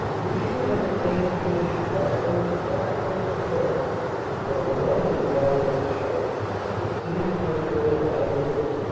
we should have attained a position not only practical for defense but commanding the valley of the scheidt and the city of cambrai lying within it.